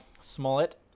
Smollett